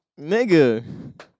Nigga